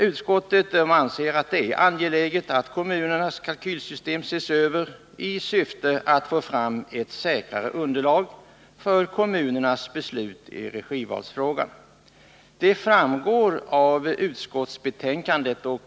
Utskottet anser det angeläget att kommunernas kalkylsystem ses över i syfte att få fram ett säkrare underlag för kommunernas beslut i regivalsfrågan. Detta framgår av utskottsbetänkandet.